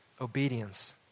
obedience